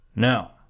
Now